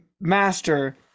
Master